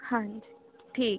ਹਾਂਜੀ ਠੀਕ